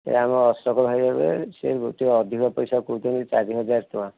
ଏ ଆମ ଅଶୋକ ଭାଇ ହେବେ ସେ ଗୋଟେ ଅଧିକ ପଇସା କହୁଛନ୍ତି ଚାରିହଜାର ଟଙ୍କା